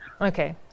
Okay